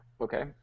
Okay